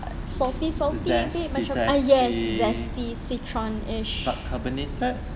salty salty ah yes zesty citron-ish